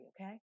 okay